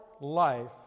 life